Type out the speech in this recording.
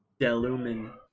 Delumen